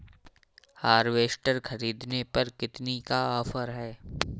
Harvester ख़रीदने पर कितनी का ऑफर है?